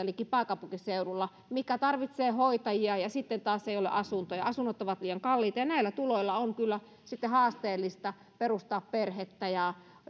liki keskituloisilta pääkaupunkiseudulla joka tarvitsee hoitajia mutta sitten taas ei ole asuntoja asunnot ovat liian kalliita näillä tuloilla on kyllä sitten haasteellista perustaa perhettä ja